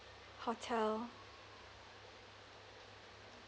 hotel